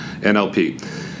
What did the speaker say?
NLP